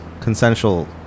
consensual